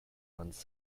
runs